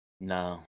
No